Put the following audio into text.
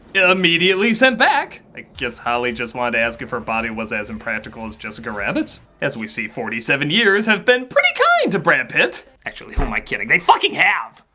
immediately sent back. i guess holli just wanted to ask if her body was as impractical as jessica rabbit's? as we see forty seven years have been pretty kind to brad pitt. actually, who am i kidding? they fucking have!